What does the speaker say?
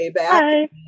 Hi